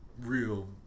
real